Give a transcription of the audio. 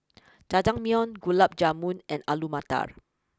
Jajangmyeon Gulab Jamun and Alu Matar